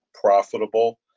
profitable